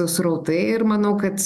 srautai ir manau kad